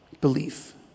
belief